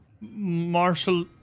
Marshal